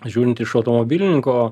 žiūrint iš automobilininko